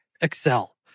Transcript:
Excel